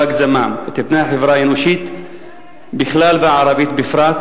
הגזמה את פני החברה האנושית בכלל והערבית בפרט,